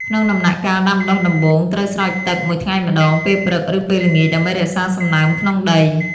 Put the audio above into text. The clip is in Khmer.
ក្នុងដំណាក់កាលដាំដុះដំបូង ត្រូវស្រោចទឹក ១ថ្ងៃម្តង ពេលព្រឹក ឬពេលល្ងាច ដើម្បីរក្សាសំណើមក្នុងដី។